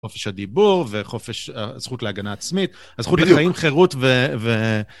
חופש הדיבור, וחופש הזכות להגנה עצמית, הזכות לחיים, חירות ו...